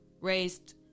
raised